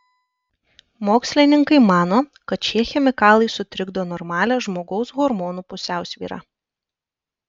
mokslininkai mano kad šie chemikalai sutrikdo normalią žmogaus hormonų pusiausvyrą